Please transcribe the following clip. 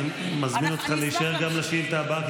אני מזמין אותך להישאר לשאילתה הבאה,